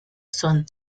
sun